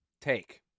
take